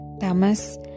Tamas